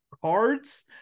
cards